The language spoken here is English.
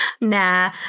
Nah